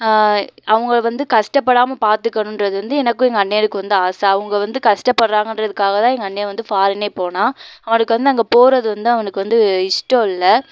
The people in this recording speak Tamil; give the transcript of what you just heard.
அவங்கள வந்து கஷ்டப்படாமல் பார்த்துக்கணுன்றது வந்து எனக்கும் எங்கள் அண்ணனுக்கும் வந்து ஆசை அவங்க வந்து கஷ்டப்படுறாங்கன்றதுக்காக தான் எங்கள் அண்ண வந்து ஃபாரினே போனான் அவனுக்கு வந்து அங்கே போகிறது வந்து அவனுக்கு வந்து இஸ்டம் இல்லை